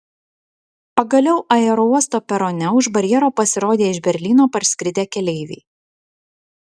pagaliau aerouosto perone už barjero pasirodė iš berlyno parskridę keleiviai